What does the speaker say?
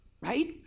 right